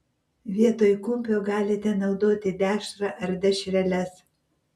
vietoj kumpio galite naudoti dešrą ar dešreles